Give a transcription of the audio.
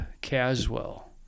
Caswell